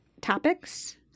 topics